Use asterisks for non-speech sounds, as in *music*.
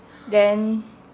*breath*